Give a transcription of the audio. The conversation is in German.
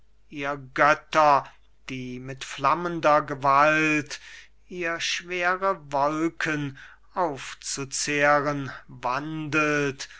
ihr götter die mit flammender gewalt ihr schwere wolken aufzuzehren wandelt